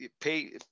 pay